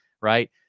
Right